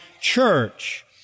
church